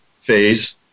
phase